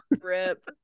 rip